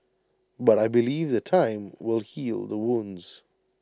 but I believe that time will heal the wounds